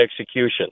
execution